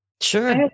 Sure